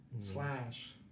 slash